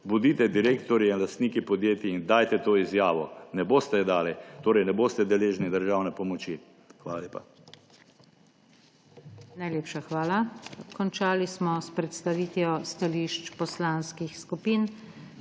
Bodite direktorji in lastniki podjetij in dajte to izjavo. Ne boste je dali. Torej ne boste deležni državne pomoči. Hvala lepa. PODPREDSEDNICA NATAŠA SUKIČ: Najlepša hvala. Končali smo s predstavitvijo stališč poslanskih skupin.